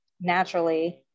naturally